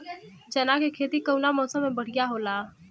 चना के खेती कउना मौसम मे बढ़ियां होला?